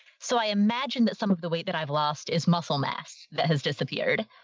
so i imagine that some of the weight that i've lost is muscle mass that has disappeared.